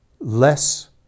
less